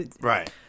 right